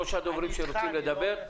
אני איתך, אני לא הולך.